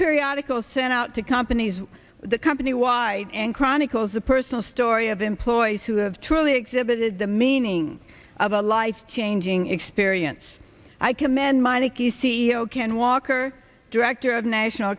periodical sent out to companies the company wide and chronicles the personal story of employees who have truly exhibited the meaning of a life changing experience i commend meineke c e o can walk or director of national